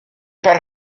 par